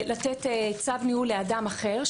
לתת צו ניהול לאדם אחר,